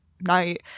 night